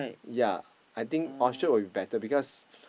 yea I think Orchard will be better because